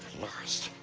lost?